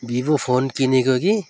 Vivo phone किनेको कि